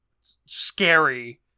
Scary